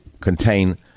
contain